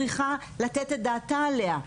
צריכה לתת את דעתה עליה.